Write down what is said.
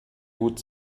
gut